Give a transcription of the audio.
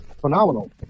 phenomenal